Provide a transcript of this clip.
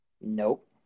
Nope